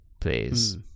Please